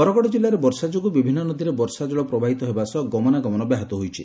ବରଗଡ ଜିଲ୍ଲାରେ ବର୍ଷା ଯୋଗୁଁ ବିଭିନ୍ନ ନଦୀରେ ବର୍ଷାଜଳ ପ୍ରବାହିତ ହେବା ସହ ଗମନାଗମନ ବ୍ୟାହତ ହୋଇଛି